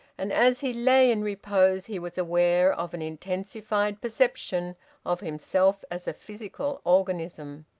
and as he lay in repose he was aware of an intensified perception of himself as a physical organism.